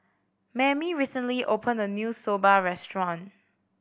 Mammie recently opened a new Soba restaurant